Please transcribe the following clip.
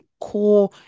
core